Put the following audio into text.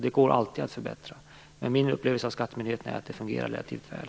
Det går alltid att förbättra. Men min upplevelse av skattemyndigheterna är att detta fungerar relativt väl.